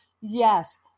Yes